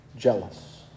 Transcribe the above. Jealous